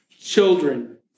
children